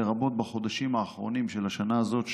לרבות בחודשים האחרונים של השנה הזאת,